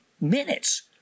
minutes